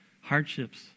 hardships